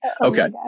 Okay